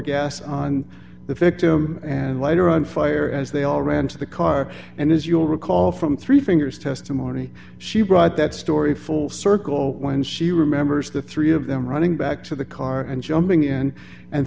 gas on the victim and later on fire as they all ran to the car and as you'll recall from three fingers testimony she brought that story full circle when she remembers the three of them running back to the car and jumping in and